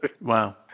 Wow